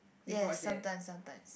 yes sometimes sometimes